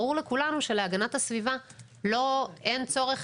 אבל ברור לכולנו שלהגנת הסביבה אין צורך